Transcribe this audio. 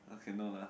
okay no lah